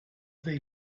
they